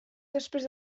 després